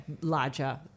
larger